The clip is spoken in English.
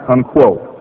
Unquote